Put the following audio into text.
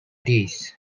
tees